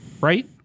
right